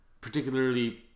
particularly